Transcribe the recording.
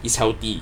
its healthy